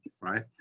right